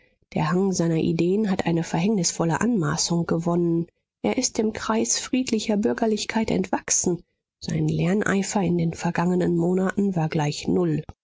der hang seiner ideen hat eine verhängnisvolle anmaßung gewonnen er ist dem kreis friedlicher bürgerlichkeit entwachsen sein lerneifer in den vergangenen monaten war gleich null